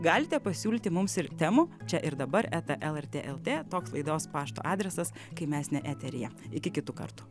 galite pasiūlyti mums ir temų čia ir dabar eta lrt lt toks laidos pašto adresas kai mes ne eteryje iki kitų kartų